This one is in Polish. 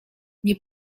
nie